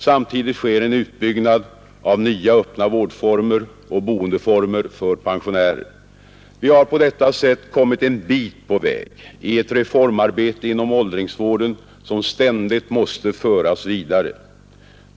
Samtidigt sker en utbyggnad av nya öppna vårdformer och boendeformer för pensionärer. Vi har på detta sätt kommit en bit på väg i ett reformarbete inom åldringsvården som ständigt måste föras vidare.